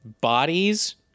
bodies